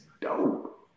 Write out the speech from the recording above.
dope